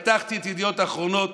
פתחתי את ידיעות אחרונות,